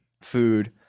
food